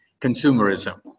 consumerism